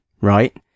right